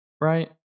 right